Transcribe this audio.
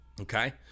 Okay